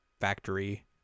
factory